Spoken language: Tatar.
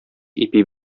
ипи